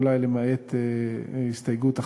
אולי למעט הסתייגות אחת.